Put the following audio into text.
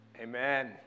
amen